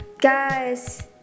Guys